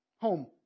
home